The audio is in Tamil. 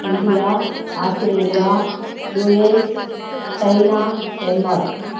India Australia US China Denmark